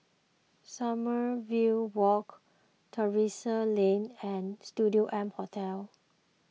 Sommerville Walk Terrasse Lane and Studio M Hotel